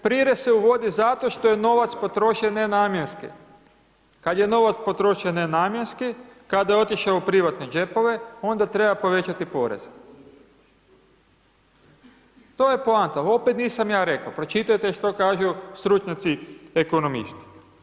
Prirez se uvodi zato što je novac potrošen nenamjenski, kad je novac potrošen nenamjenski, kada je otišao u privatne džepove, onda treba povećati poreze, to je poanta, opet nisam ja rekao, pročitajte što kažu stručnjaci ekonomisti.